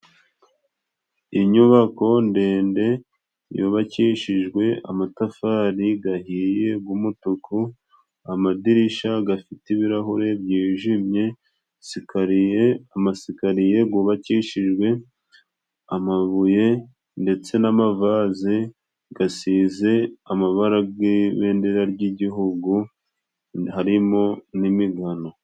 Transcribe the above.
Inyubako ndende yubakishijwe amatafari gahiye gumutuku amadirisha gafite ibirahure byijimye sikariye amasikariye gubakishijwe amabuye ndetse n'amavaze gasize amabara g'ibendera ry'igihugu harimo n'imigano.